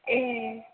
ए